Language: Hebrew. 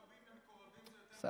ג'ובים למקורבים זה נותן, עזוב.